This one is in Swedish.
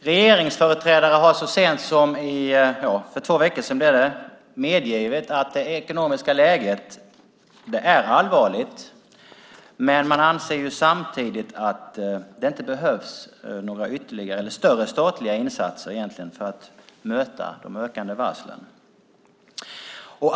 Regeringsföreträdare har så sent som för två veckor sedan medgivit att det ekonomiska läget är allvarligt, men man anser samtidigt att det inte behövs några större statliga insatser för att möta de ökande varslen.